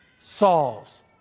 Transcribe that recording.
Saul's